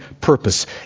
purpose